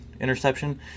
interception